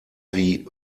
wie